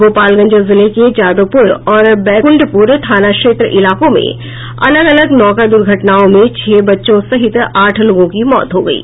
गोपालगंज जिले के जादोपुर और बैकुंडपुर थाना क्षेत्र इलाकों में अलग अलग नौका दुर्घटनाओं में छह बच्चों सेहित आठ लोगों की मौत हो गयी